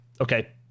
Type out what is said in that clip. okay